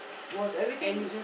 was everything